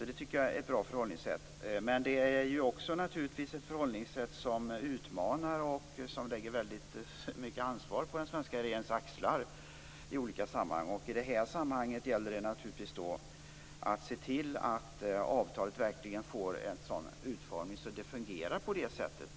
Det är ett bra förhållningssätt, men det är naturligtvis också ett förhållningssätt som utmanar och lägger väldigt mycket ansvar på den svenska regeringens axlar i olika sammanhang. I det här sammanhanget gäller det att se till att avtalet verkligen får en sådan utformning så att det fungerar på det sättet.